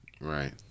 Right